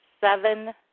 seven